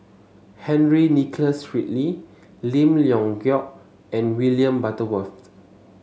Henry Nicholas Ridley Lim Leong Geok and William Butterworth